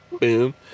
Boom